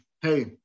hey